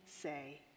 say